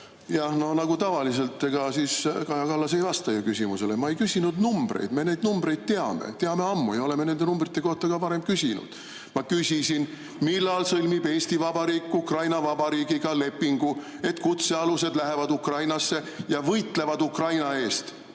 nagu tavaliselt, Kaja Kallas ei vasta küsimusele. Ma ei küsinud numbreid. Neid numbreid me teame, teame ammu ja oleme nende numbrite kohta ka varem küsinud. Ma küsisin, millal sõlmib Eesti Vabariik Ukraina Vabariigiga lepingu, et kutsealused lähevad Ukrainasse ja võitlevad Ukraina eest,